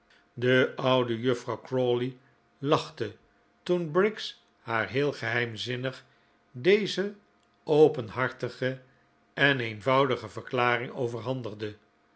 de oude juffrouw crawley lachte toen briggs haar heel geheimzinnig deze openhartige en eenvoudige verklaring overhandigde